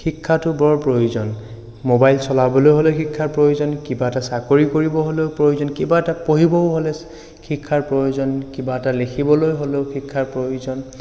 শিক্ষাটো বৰ প্ৰয়োজন মোবাইল চলাবলৈ হ'লে শিক্ষাৰ প্ৰয়োজন কিবা এটা চাকৰি কৰিবলৈ হ'লেও প্ৰয়োজন কিবা এটা পঢ়িবও হ'লে শিক্ষাৰ প্ৰয়োজন কিবা এটা লিখিবলৈ হ'লেও শিক্ষাৰ প্ৰয়োজন